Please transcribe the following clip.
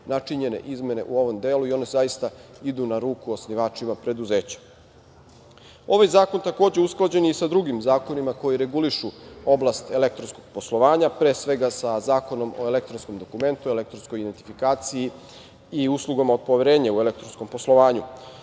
načinjene izmene u ovom delu i one zaista idu na ruku osnivačima preduzeća. Ovaj zakon takođe usklađen je i sa drugim zakonima koji regulišu oblast elektronskog poslovanja, pre svega sa Zakonom o elektronskom dokumentu, elektronskoj indentifikaciji i uslugama od poverenja u elektronskom poslovanju.Međutim,